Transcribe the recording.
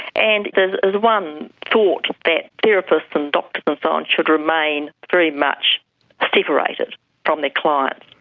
and there's one thought that therapists and doctors and so on should remain very much separated from their clients.